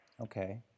Okay